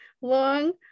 long